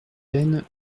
peine